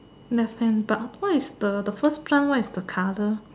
left hand but what is the the first plant what is the colour